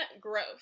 growth